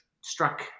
struck